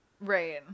Right